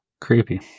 Creepy